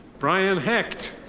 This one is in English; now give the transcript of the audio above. brian hecht.